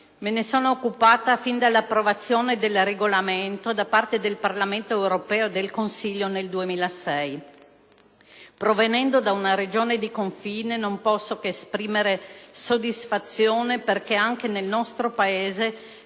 Me ne sono occupata fin dall'approvazione del regolamento da parte del Parlamento europeo e del Consiglio nel 2006. Provenendo da una Regione di confine, non posso che esprimere soddisfazione, perché anche nel nostro Paese